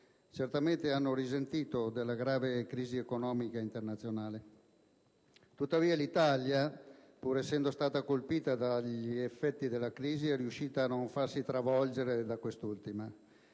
certamente hanno risentito della grave crisi economica internazionale. Tuttavia l'Italia, pur essendo stata colpita dagli effetti della crisi, è riuscita a non farsi travolgere da quest'ultima,